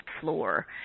floor